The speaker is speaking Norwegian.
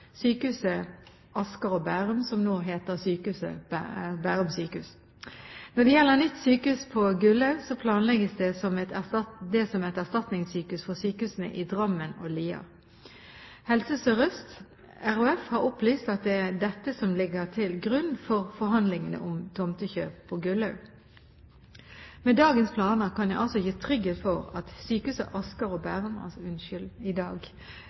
Sykehuset Asker og Bærum. Når det gjelder nytt sykehus på Gullaug så planlegges det som et erstatningssykehus for sykehusene i Drammen og Lier. Helse Sør-Øst RHF har opplyst at det er dette som ligger til grunn for forhandlingene om tomtekjøp på Gullaug. Med dagens planer kan jeg altså gi trygghet for at Sykehuset Asker og Bærum fortsatt vil være lokalsykehuset for befolkningen som tilhører sykehuset sitt opptaksområde i dag.»